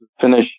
finish